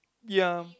ya